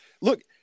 Look